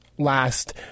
Last